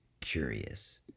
curious